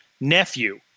nephew